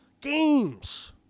Games